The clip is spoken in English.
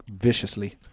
viciously